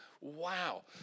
wow